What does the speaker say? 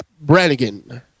Brannigan